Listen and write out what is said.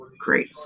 Great